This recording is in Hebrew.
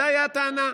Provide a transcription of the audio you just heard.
זו הייתה הטענה.